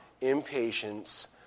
impatience